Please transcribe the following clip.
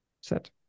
Set